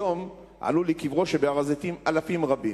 היום עלו לקברו שבהר-הזיתים אלפים רבים.